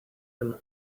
him